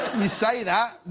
say that,